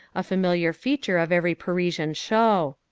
a familiar feature of every parisian show.